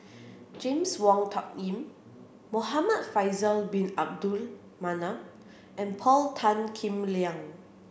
James Wong Tuck Yim Muhamad Faisal bin Abdul Manap and Paul Tan Kim Liang